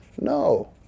No